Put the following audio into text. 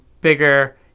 bigger